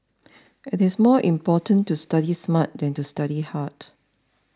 it is more important to study smart than to study hard